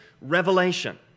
revelation